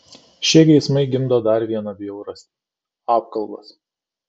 šie geismai gimdo dar vieną bjaurastį apkalbas